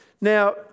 Now